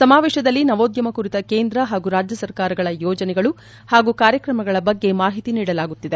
ಸಮಾವೇಶದಲ್ಲಿ ನವೋದ್ಯಮ ಕುರಿತ ಕೇಂದ್ರ ಹಾಗೂ ರಾಜ್ಯ ಸರ್ಕಾರಗಳ ಯೋಜನೆಗಳು ಮತ್ತು ಕಾರ್ಯಕ್ರಮಗಳ ಬಗ್ಗೆ ಮಾಹಿತಿ ನೀಡಲಾಗುತ್ತಿದೆ